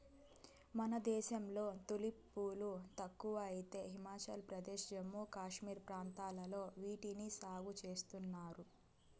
మన దేశంలో తులిప్ పూలు తక్కువ అయితే హిమాచల్ ప్రదేశ్, జమ్మూ కాశ్మీర్ ప్రాంతాలలో వీటిని సాగు చేస్తున్నారు